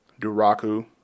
Duraku